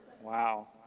wow